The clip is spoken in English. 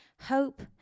hope